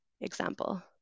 example